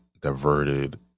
diverted